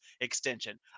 extension